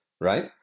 right